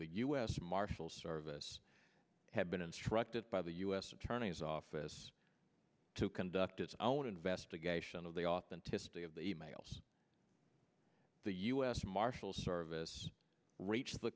the u s marshals service had been instructed by the u s attorney's office to conduct its own investigation of the authenticity of the e mails the u s marshals service reached the